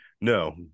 No